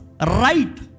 right